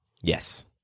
Yes